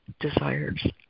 desires